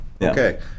okay